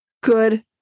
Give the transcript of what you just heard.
Good